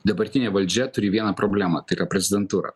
dabartinė valdžia turi vieną problemą tai yra prezidentūra